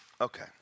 Okay